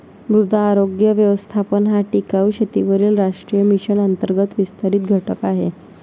मृदा आरोग्य व्यवस्थापन हा टिकाऊ शेतीवरील राष्ट्रीय मिशन अंतर्गत विस्तारित घटक आहे